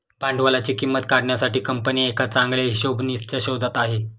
भांडवलाची किंमत काढण्यासाठी कंपनी एका चांगल्या हिशोबनीसच्या शोधात आहे